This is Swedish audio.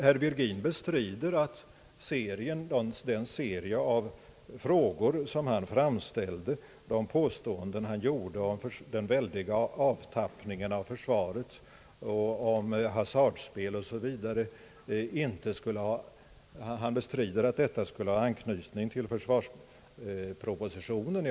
Herr Virgin bestrider att den serie frågor han framställde och de påståenden som han gjorde om den väldiga avtappningen av försvaret samt om hasardspel osv. skulle ha anknytning till försvarspropositionen.